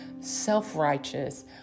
self-righteous